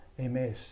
MS